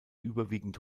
überwiegend